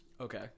Okay